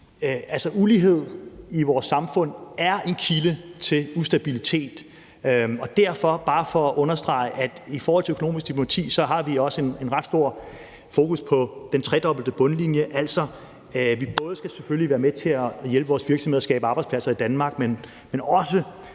Ulighed i vores samfund er en kilde til ustabilitet, og derfor – bare for at understrege det – har vi i forhold til økonomisk diplomati også et ret stort fokus på den tredobbelte bundlinje, altså at vi selvfølgelig både skal være med til at hjælpe vores virksomheder med at skabe arbejdspladser i Danmark, men også